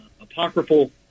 apocryphal